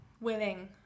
willing